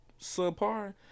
subpar